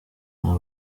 nta